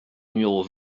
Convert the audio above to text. numéro